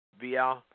via